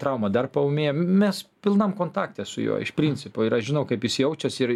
trauma dar paūmėjo mes pilnam kontakte su juo iš principo ir aš žinau kaip jis jaučiasi ir